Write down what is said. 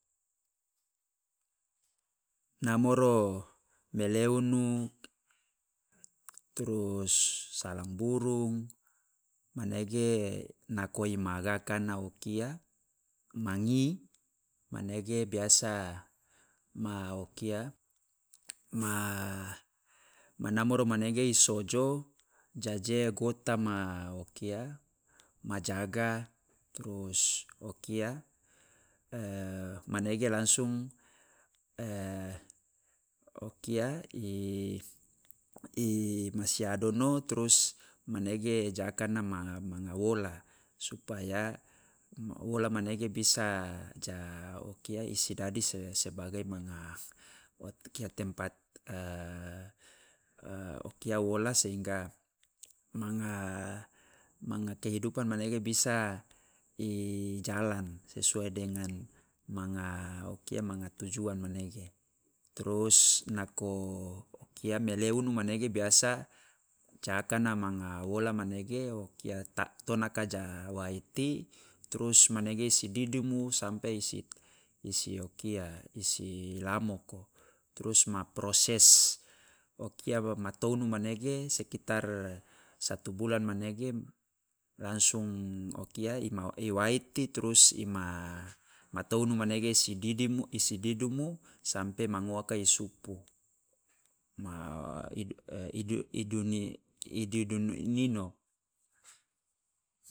Namoro meleunu, trus salang burung, manege nako i magakana o kia mangi manege biasa ma o kia ma namoro manege i sojo jaje gota ma o kia jaga, trus o kia manege langsung o kia i masi adono, trus manege jakana ma manga wola, supaya wola manege bisa ja o kia bisa i sidadi se sebagai manga o kia tempat o kia wola sehingga manga manga kehidupan manege bisa i jalan sesuai dengan manga o kia manga tujuan manege, trus nako o kia meleunu manege biasa ja akana manga wola manege o kia ta' tonaka ja waiti, trus manege si didumu sampe i si o kia i si lamoko, trus ma proses o kia wa ma tounu manege sekitar satu bulan manege langsung o kia i waiti, trus i ma tounu manege i si didimu i si didumu sampe ma ngowaka i supu, ma i dudunu ino.